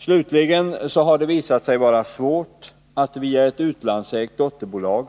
Slutligen har det visat sig svårt att via ett utlandsägt moderbolag